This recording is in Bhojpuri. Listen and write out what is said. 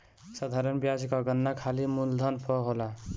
साधारण बियाज कअ गणना खाली मूलधन पअ होला